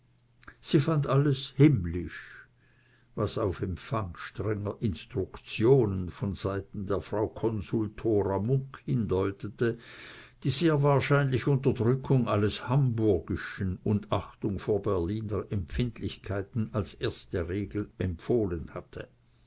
sie fand alles himmlisch was auf empfang strenger instruktionen von seiten der frau konsul thora munk hindeutete die sehr wahrscheinlich unterdrückung alles hamburgischen und achtung vor berliner empfindlichkeiten als erste regel empfohlen hatte